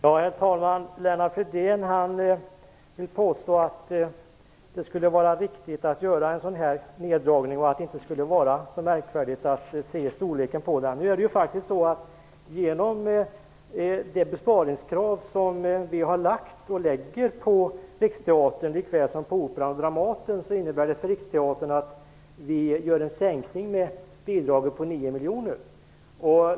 Herr talman! Lennart Fridén vill påstå att det skulle vara riktigt att göra en neddragning och att det inte skulle vara så märkvärdigt att se storleken på den. Genom de besparingskrav som vi har ställt och ställer likväl på Riksteatern som på Operan och Dramaten innebär det en sänkning av bidraget på 9 miljoner för Riksteatern.